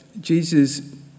Jesus